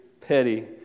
petty